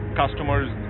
customers